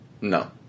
no